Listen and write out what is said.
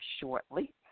shortly